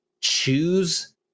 choose